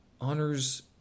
honors